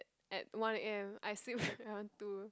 at one a_m I sleep around two